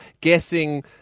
guessing